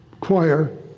choir